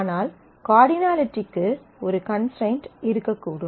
ஆனால் கார்டினலிட்டிக்கு ஒரு கன்ஸ்ட்ரைண்ட் இருக்கக்கூடும்